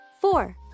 Four